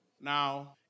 Now